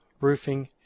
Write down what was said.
Roofing